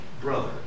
brother